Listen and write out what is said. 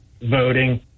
voting